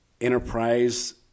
Enterprise